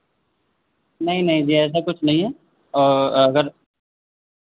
नहीं नहीं भैया ऐसा कुछ नहीं है अगर